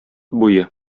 буе